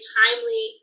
timely